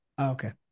Okay